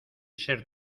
ser